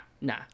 nah